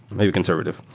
maybe conservative.